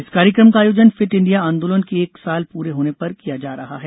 इस कार्यक्रम का आयोजन फिट इंडिया आंदोलन के एक साल पूरे होने पर किया जा रहा है